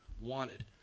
wanted